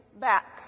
back